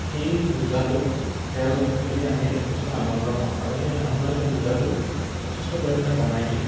সেই বোজাটো খেল খেলি আমি কিছুমান আনন্দ পাওঁ আৰু সেই আনন্দই সেই বুজাটো যথেষ্ট পৰিমাণে কমাই দিয়ে